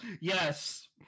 Yes